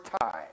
time